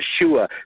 Yeshua